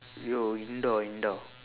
yo indoor indoor